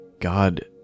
God